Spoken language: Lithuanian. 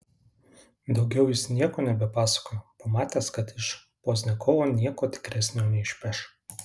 daugiau jis nieko nebepasakojo pamatęs kad iš pozdniakovo nieko tikresnio neišpeš